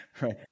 right